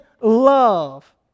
love